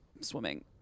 swimming